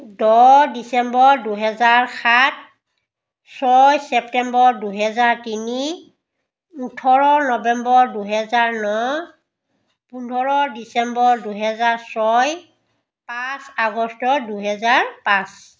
দহ ডিচেম্বৰ দুহেজাৰ সাত ছয় চেপ্টেম্বৰ দুহেজাৰ তিনি ওঠৰ নবেম্বৰ দুহেজাৰ ন পোন্ধৰ ডিচেম্বৰ দুহেজাৰ ছয় পাঁচ আগষ্ট দুহেজাৰ পাঁচ